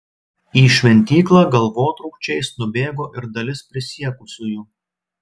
į šventyklą galvotrūkčiais nubėgo ir dalis prisiekusiųjų